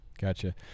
Gotcha